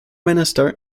minister